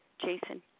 Jason